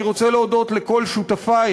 אני רוצה להודות לכל שותפי,